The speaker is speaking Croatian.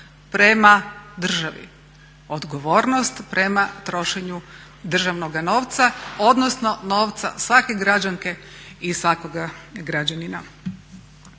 prema državi, odgovornost prema trošenju državnoga novca odnosno novca svake građanke i svakoga građanina.